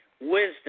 wisdom